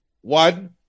One